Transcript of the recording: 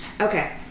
Okay